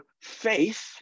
faith